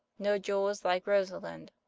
no jewel is like rosalind.